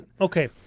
okay